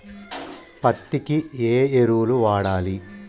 పత్తి కి ఏ ఎరువులు వాడాలి?